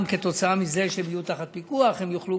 כתוצאה מזה שהם יהיו תחת פיקוח הם גם יוכלו